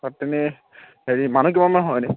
তাত এনে হেৰি মানুহ কিমানমান হয় এনে